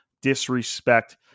disrespect